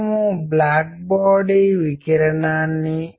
మీకు ఈ రకమైన పక్షపాతం ఉంటే మీరు ఈ అంశాన్ని వినడానికి ఆసక్తి చూపరు